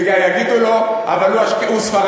וגם יגידו לו: אבל הוא ספרדי.